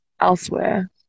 elsewhere